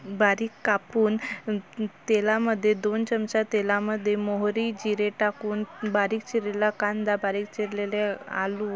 बारीक कापून तेलामध्ये दोन चमचा तेलामधे मोहरी जिरे टाकून बारीक चिरलेला कांदा बारीक चिरलेले आलू